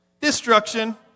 Destruction